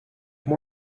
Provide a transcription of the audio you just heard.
give